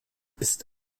ist